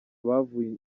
bavuye